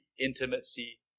intimacy